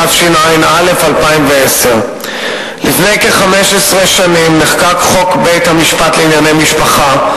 התשע"א 2010. לפני כ-15 שנים נחקק חוק בית-המשפט לענייני משפחה,